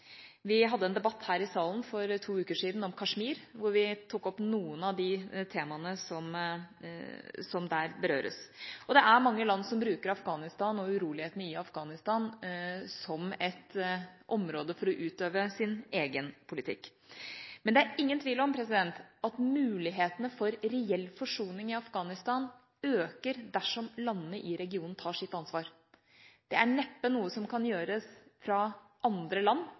Vi hadde en debatt her i salen for to uker siden om Kashmir hvor vi tok opp noen av de temaene som der berøres. Det er mange land som bruker Afghanistan og urolighetene i Afghanistan som et område for å utøve sin egen politikk. Men det er ingen tvil om at mulighetene for reell forsoning i Afghanistan øker dersom landene i regionen tar sitt ansvar. Det er neppe noe som kan gjøres fra andre land,